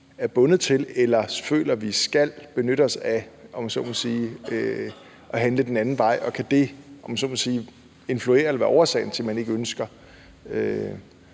er bundet til at – eller at vi føler, at vi skal – benytte os af at handle den anden vej, og om det kan influere på eller være årsagen til, at man ikke ønsker